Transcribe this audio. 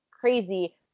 crazy